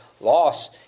loss